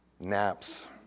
Naps